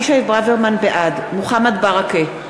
בעד מוחמד ברכה,